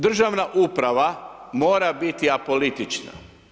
Državna uprava mora biti apolitična.